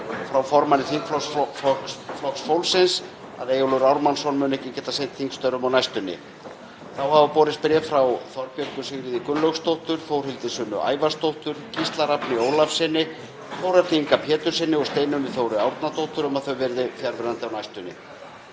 frá formanni þingflokks Flokks fólksins um að Eyjólfur Ármannsson muni ekki geta sinnt þingstörfum á næstunni. Þá hafa borist bréf frá Þorbjörgu Sigríði Gunnlaugsdóttur, Þórhildi Sunnu Ævarsdóttur, Gísla Rafni Ólafssyni, Þórarni Inga Péturssyni og Steinunni Þóru Árnadóttur um að þau verði fjarverandi á næstunni.